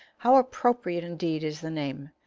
how appropriate indeed is the name.